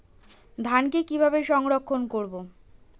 ধানকে কিভাবে সংরক্ষণ করব?